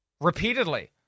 repeatedly